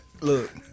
look